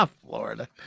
Florida